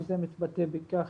וזה מתבטא בכך